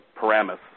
Paramus